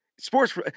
Sports